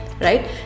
right